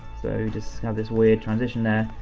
so we just have this weird transition there.